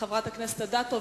חברת הכנסת אדטו,